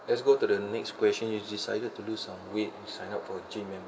let's go to the next question you decided to lose some weight you sign up for gym membership